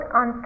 on